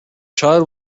child